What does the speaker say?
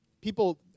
people